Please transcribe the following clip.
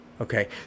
Okay